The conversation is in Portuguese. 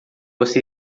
você